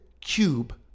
Cube